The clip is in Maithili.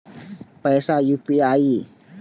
पैसा यू.पी.आई?